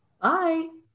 bye